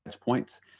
points